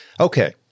Okay